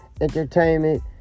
entertainment